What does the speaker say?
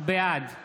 בעד אבקש